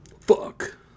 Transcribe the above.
Fuck